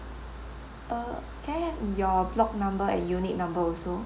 uh can I have your block number and unit number also